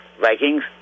Vikings